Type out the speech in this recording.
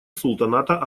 султаната